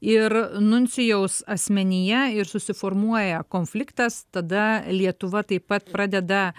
ir nuncijaus asmenyje ir susiformuoja konfliktas tada lietuva taip pat pradeda